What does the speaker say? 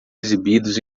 exibidos